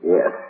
Yes